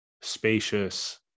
spacious